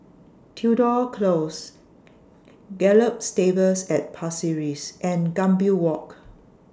Tudor Close Gallop Stables At Pasir Ris and Gambir Walk